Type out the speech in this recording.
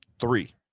Three